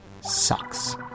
sucks